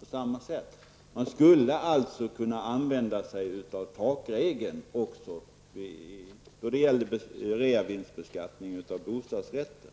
på samma sätt. Då skulle man också kunna använda sig av takregeln även när det gäller reavinstbeskattning av bostadsrätter.